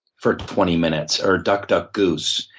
for twenty minutes, or duck duck goose.